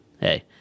hey